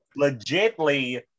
legitly